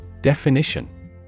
Definition